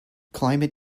climate